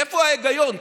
איפה ההיגיון?